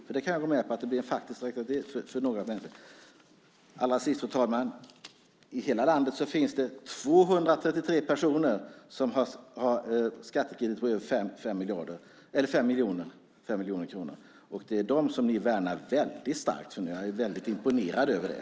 Jag kan gå med på att det faktiskt blir en retroaktivitet för några människor. Fru talman! Allra sist: I hela landet finns det 233 personer som har en skattekredit på över 5 miljoner kronor, och det är dem ni värnar väldigt starkt. Jag är imponerad över det!